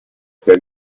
per